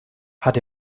hat